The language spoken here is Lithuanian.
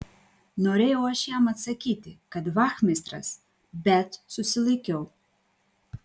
norėjau aš jam atsakyti kad vachmistras bet susilaikiau